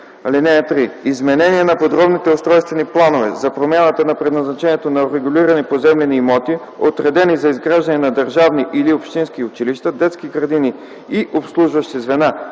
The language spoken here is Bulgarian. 3: „(3) Изменение на подробните устройствени планове за промяната на предназначението на урегулирани поземлени имоти, отредени за изграждане на държавни или общински училища, детски градини и обслужващи звена,